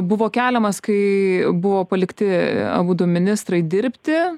buvo keliamas kai buvo palikti abudu ministrai dirbti